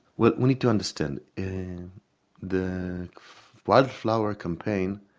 well, we need to understand, the wildflower campaign,